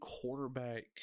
quarterback